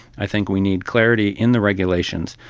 i think we need clarity in the regulations,